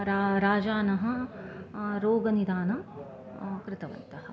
रा राजानः रोगनिदानं कृतवन्तः